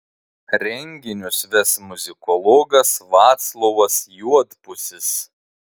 renginius ves muzikologas vaclovas juodpusis